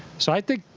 so i think,